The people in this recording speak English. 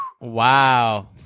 Wow